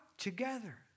Together